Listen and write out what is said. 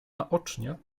naocznie